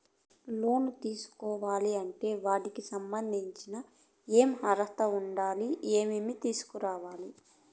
లోను తీసుకోవాలి అంటే వాటికి సంబంధించి ఏమి అర్హత ఉండాలి, ఏమేమి తీసుకురావాలి